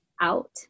out